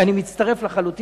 אני מצטרף לחלוטין,